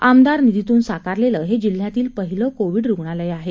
आमदार निधीतून साकारलेलं हे जिल्हातील पहिलं कोविड रुग्णालय आहे